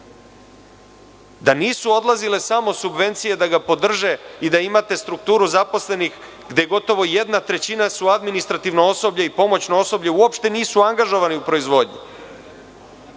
da nisu odlazile samo subvencije da ga podrže i da imate strukturu zaposlenih gde gotovo jedna trećina je administrativno osoblje i pomoćno osoblje, uopšte nisu angažovani u proizvodnji.